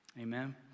amen